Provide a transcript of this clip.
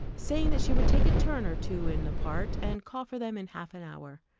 saying that she would take a turn or two in the park, and call for them in half an hour.